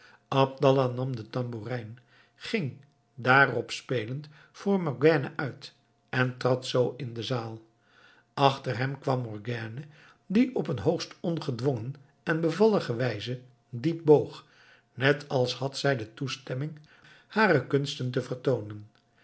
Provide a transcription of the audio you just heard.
abdallah nam de tamboerijn ging daarop spelend voor morgiane uit en trad zoo in de zaal achter hem kwam morgiane die op een hoogst ongedwongen en bevallige wijze diep boog net als had zij de toestemming hare kunsten te vertoonen